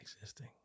Existing